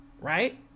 right